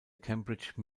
cambridge